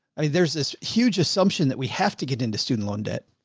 i mean, there's this huge assumption that we have to get into student loan debt.